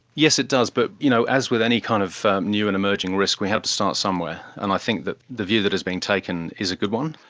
yes, it does but you know as with any kind of new and emerging risk we have to start somewhere. and i think the view that has been taken is a good one.